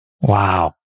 Wow